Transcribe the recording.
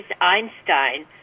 Einstein